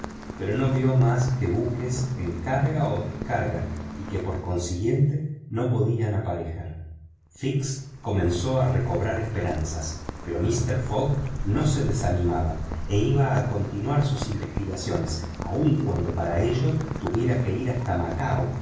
pero no vio más que buques en carga o descarga y que por consiguiente no podían aparejar fix comenzó a recobrar esperanzas pero mister fogg no se desanimaba e iba a continuar sus investigaciones aun cuando para ello tuviera que ir hasta macao